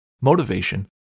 motivation